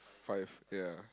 five ya